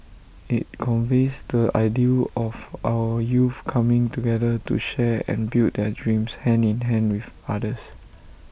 IT conveys the ideal of our youth coming together to share and build their dreams hand in hand with others